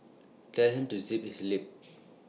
tell him to zip his lip